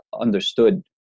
understood